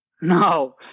No